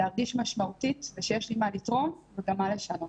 להרגיש משמעותית, ושיש לי מה לתרום וגם מה לשנות.